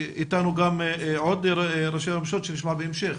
איתנו גם עוד ראשי רשויות שנשמע בהמשך.